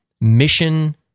mission